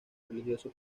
religioso